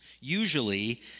Usually